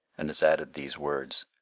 and has added these words,